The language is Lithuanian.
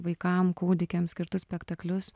vaikam kūdikiam skirtus spektaklius